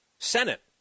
Senate